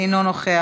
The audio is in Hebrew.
אינו נוכח,